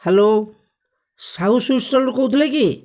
hello Sahu sweet ଷ୍ଟଲରୁ କହୁଥିଲେ କି